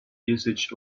usage